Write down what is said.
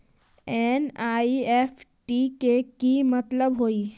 NEFT के कि मतलब होइ?